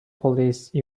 police